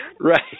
right